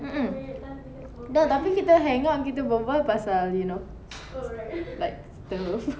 mmhmm tapi kita hang out kita berbual pasal you know like tu